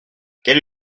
quelle